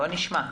בבקשה.